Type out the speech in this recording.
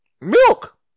Milk